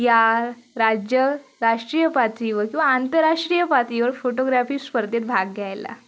या राज्य राष्ट्रीय पातळीवर किंवा आंतरराष्ट्रीय पातळीवर फोटोग्रॅफी स्पर्धेत भाग घ्यायला